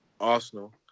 Arsenal